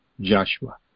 Joshua